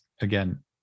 again